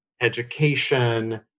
education